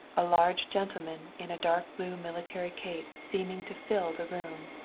a large gentleman in a dark-blue military cape seeming to fill the room.